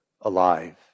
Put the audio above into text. alive